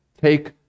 take